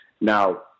Now